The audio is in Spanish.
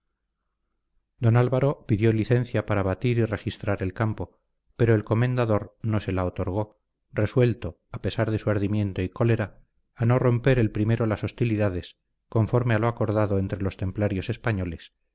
álvaro pidió licencia para batir y registrar el campo pero el comendador no se la otorgó resuelto a pesar de su ardimiento y cólera a no romper el primero las hostilidades conforme a lo acordado entre los templarios españoles